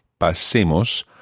Pasemos